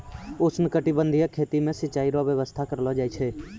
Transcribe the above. उष्णकटिबंधीय खेती मे सिचाई रो व्यवस्था करलो जाय छै